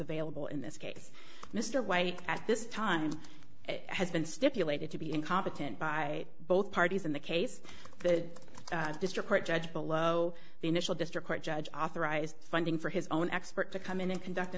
available in this case mr white at this time has been stipulated to be incompetent by both parties in the case the district court judge below the initial district court judge authorized funding for his own expert to come in and conduct